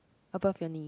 above your knee